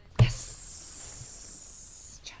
Yes